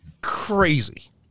Crazy